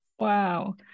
Wow